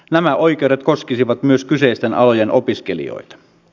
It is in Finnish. nämä oikeudet koskisivat myös kyseisten alojen opiskelijoita